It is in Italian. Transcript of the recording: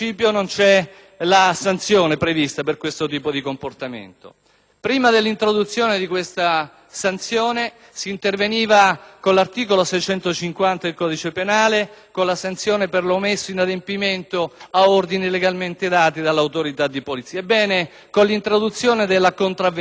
Prima dell'introduzione di questa sanzione si interveniva con l'articolo 650 del codice penale, con la sanzione per l'omesso adempimento ad ordini legalmente impartiti dall'autorità di polizia. Ebbene, con l'introduzione della contravvenzione, noi seguiamo perfettamente